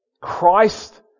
Christ